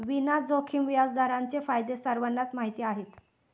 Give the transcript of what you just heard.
विना जोखीम व्याजदरांचे फायदे सर्वांनाच माहीत आहेत